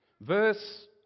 Verse